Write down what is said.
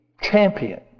champion